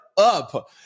up